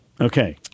Okay